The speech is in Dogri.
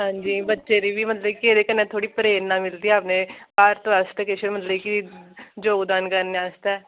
हां जी बच्चे गी बी मतलब एह्दे कन्नै थोह्ड़ी प्रेरणा मिलदी अपने भारत वास्तै किश मतलब कि योगदान करने आस्तै